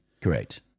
Correct